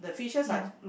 ya